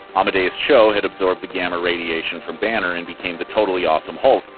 amadeus cho had absorbed the gamma radiation from banner and became the totally awesome hulk,